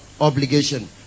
obligation